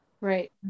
Right